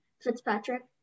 Fitzpatrick